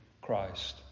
Christ